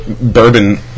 bourbon